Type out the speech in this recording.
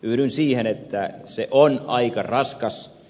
yhdyn siihen että se on aika raskas